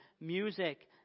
music